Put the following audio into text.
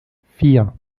vier